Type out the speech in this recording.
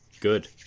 good